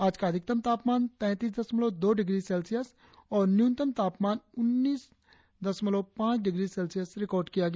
आज का अधिकतम तापमान तैंतीस दशमलव दो डिग्री सेल्सियस और न्यूनतम तापमान उन्नीस दशमलव पांच डिग्री सेल्सियस रिकार्ड किया गया